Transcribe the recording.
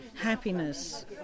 happiness